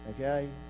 Okay